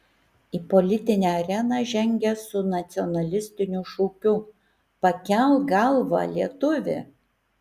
į politinę areną žengia su nacionalistiniu šūkiu pakelk galvą lietuvi